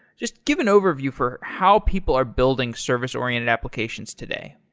just give an overview for how people are building service-oriented applications today.